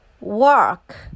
work